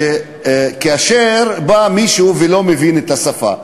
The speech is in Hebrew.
היא שכאשר בא מישהו ולא מבין את השפה,